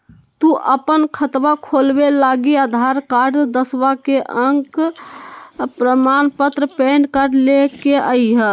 तू अपन खतवा खोलवे लागी आधार कार्ड, दसवां के अक प्रमाण पत्र, पैन कार्ड ले के अइह